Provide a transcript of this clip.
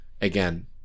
again